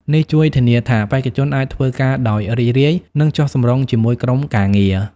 នេះជួយធានាថាបេក្ខជនអាចធ្វើការដោយរីករាយ និងចុះសម្រុងជាមួយក្រុមការងារ។